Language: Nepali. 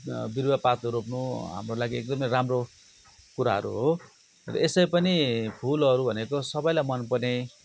बिरुवा पातहरू रोप्नु हाम्रो लागि एकदम राम्रो कुराहरू हो यसै पनि फुलहरू भनेको सबैलाई मन पर्ने